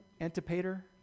Antipater